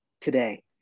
today